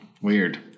Weird